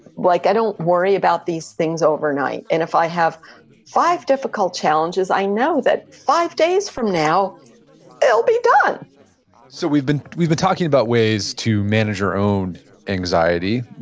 like i don't worry about these things overnight. and if i have five difficult challenges, i know that five days from now it'll be done so we've been we've been talking about ways to manage your own anxiety.